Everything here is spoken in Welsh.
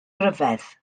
ryfedd